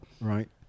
Right